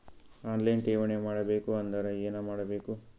On line ಠೇವಣಿ ಮಾಡಬೇಕು ಅಂದರ ಏನ ಮಾಡಬೇಕು?